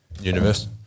Universe